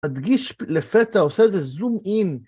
אדגיש לפתע, עושה איזה זום אין.